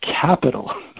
capital